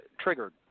triggered